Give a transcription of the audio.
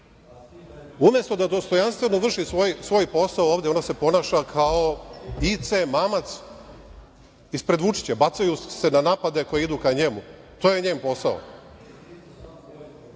Umesto da dostojanstveno vrši svoj posao ovde, ona se ponaša kao IC mamac, ispred Vučiića, bacaju se na napade koji idu ka njemu. To je njen posao.S